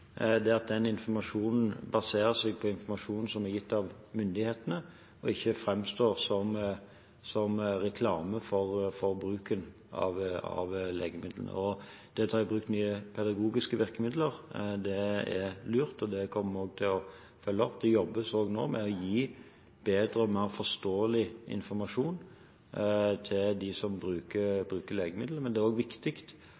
Det som er viktig, er at den informasjonen baserer seg på informasjon som er gitt av myndighetene, og ikke framstår som reklame for bruken av legemidlene. Å ta i bruk nye pedagogiske virkemidler er lurt, og det kommer vi også til å følge opp. Det jobbes også nå med å gi bedre og mer forståelig informasjon til dem som